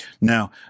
Now